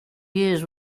years